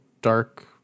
Dark